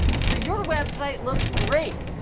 so your website looks great,